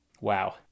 Wow